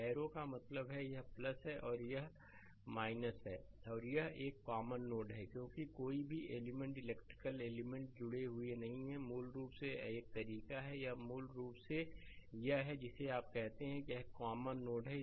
arrow का मतलब है कि यह है और यह है और यह एक एक कॉमन नोड है क्योंकि कोई भी एलिमेंट इलेक्ट्रिकल एलिमेंट जुड़े हुए नहीं हैं मूल रूप से यह एक तरीका है यह एक मूल रूप से यह है जिसे आप कहते हैं एक कॉमन नोड है